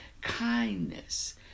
Kindness